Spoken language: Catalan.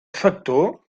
factor